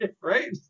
right